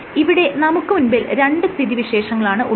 ഇവിടെ നമുക്ക് മുൻപിൽ രണ്ട് സ്ഥിതിവിശേഷങ്ങളാണ് ഉള്ളത്